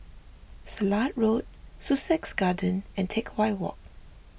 Silat Road Sussex Garden and Teck Whye Walk